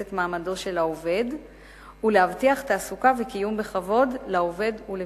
את מעמדו של העובד ולהבטיח תעסוקה וקיום בכבוד לו ולמשפחתו.